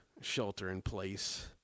shelter-in-place